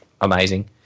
amazing